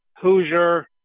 Hoosier